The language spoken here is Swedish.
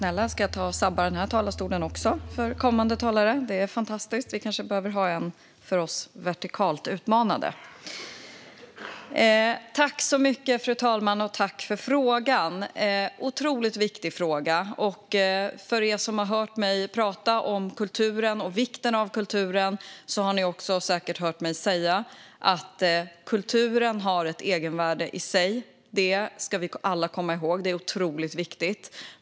Fru talman! Tack för frågan! Det är en otroligt viktig fråga. Ni som har hört mig prata om kulturen och vikten av kulturen har också säkert hört mig säga att kulturen har ett egenvärde. Det ska vi alla komma ihåg, för det är otroligt viktigt.